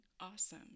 awesome